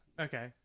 Okay